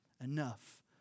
enough